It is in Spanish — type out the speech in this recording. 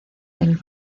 del